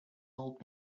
old